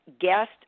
guest